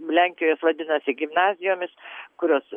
lenkijoj jos vadinasi gimnazijomis kurios